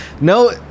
No